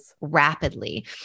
rapidly